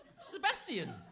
Sebastian